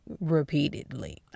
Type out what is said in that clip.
repeatedly